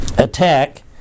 attack